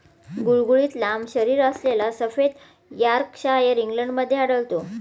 गुळगुळीत लांब शरीरअसलेला सफेद यॉर्कशायर इंग्लंडमध्ये आढळतो